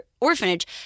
orphanage